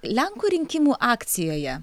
lenkų rinkimų akcijoje